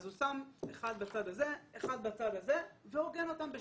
אז הוא שם אחד בצד הזה ואחד בצד הזה ועוגן אותם.